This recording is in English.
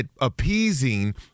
appeasing